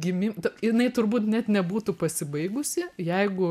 gimim jinai turbūt net nebūtų pasibaigusi jeigu